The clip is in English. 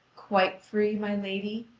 quite free, my lady?